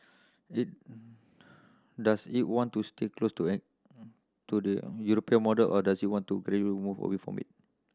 it does it want to stay close to an to the European model or does it want to move away from it